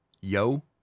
yo